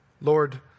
Lord